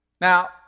Now